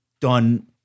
done